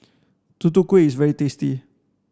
tutu kueh is very tasty